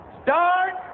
start